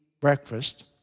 breakfast